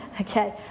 Okay